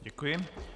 Děkuji.